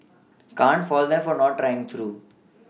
can't fault them for not trying though